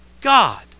God